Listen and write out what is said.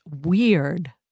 weird